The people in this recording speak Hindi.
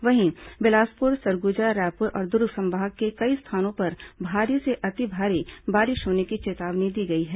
वहीं बिलासपुर सरगुजा रायपुर और दुर्ग संभाग के कई स्थानों पर भारी से अति भारी बारिश होने की चेतावनी दी गई है